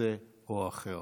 כזה או אחר.